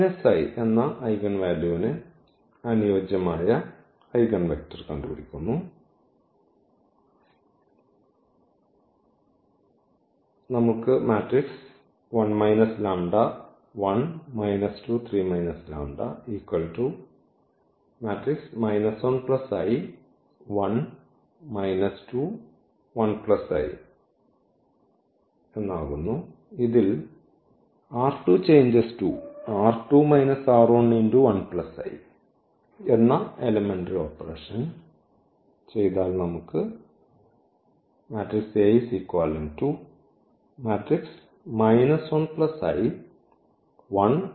ന് അനുയോജ്യമായ eigen vector എന്ന എലമെന്ററി ഓപ്പറേഷൻ ചെയ്താൽ നമുക്ക് ലഭിക്കുന്നു